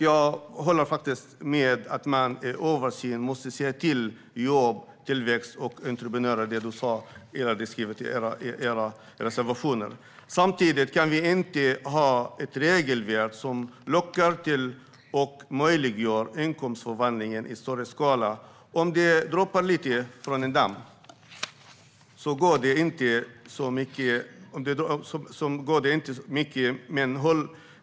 Jag håller med om att man i en översyn måste se till jobb, tillväxt och entreprenörer, som ni har skrivit i era reservationer. Samtidigt kan vi inte ha ett regelverk som lockar till och möjliggör inkomstförvandling i större skala. Om det droppar lite från en damm gör det inte så mycket.